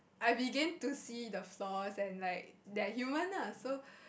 I began to see the flaws and like they are human ah so